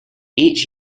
each